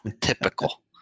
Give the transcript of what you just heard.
Typical